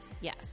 yes